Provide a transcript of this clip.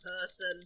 person